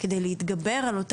לא לא,